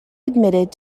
admitted